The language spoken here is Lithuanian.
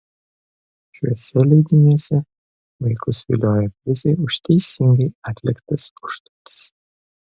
šiuose leidiniuose vaikus vilioja prizai už teisingai atliktas užduotis